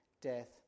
death